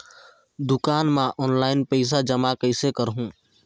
दुकान म ऑनलाइन पइसा जमा कइसे करहु?